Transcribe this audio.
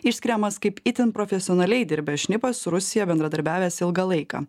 išskiriamas kaip itin profesionaliai dirbę šnipas su rusija bendradarbiavęs ilgą laiką